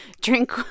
drink